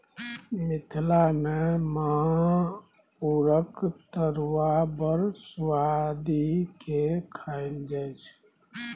मिथिला मे खमहाउरक तरुआ बड़ सुआदि केँ खाएल जाइ छै